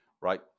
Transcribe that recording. right